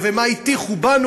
ומה הטיחו בנו,